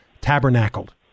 tabernacled